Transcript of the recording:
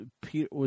Peter